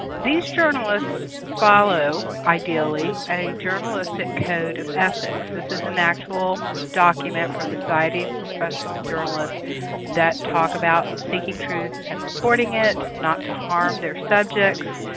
these journalists follow, ideally, a journalistic code of ethics. this is an actual document from the society of professional journalists that talk about seeking truth and reporting it, not to harm their subjects,